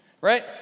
right